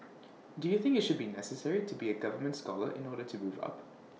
do you think IT should be necessary to be A government scholar in order to move up